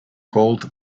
called